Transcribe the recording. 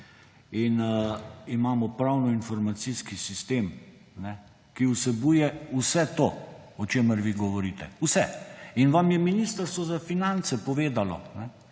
in imamo pravno-informacijski sistem, ki vsebuje vse to, o čemer vi govorite, vse, in vam je Ministrstvo za finance povedalo,